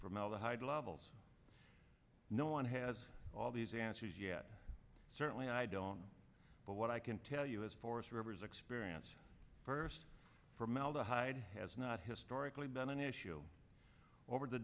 formaldehyde levels no one has all these answers yet certainly i don't but what i can tell you is for us rivers experience first formaldehyde has not historically been an issue over t